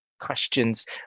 questions